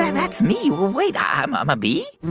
and that's me. wait i'm um a bee?